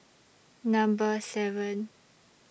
Number seven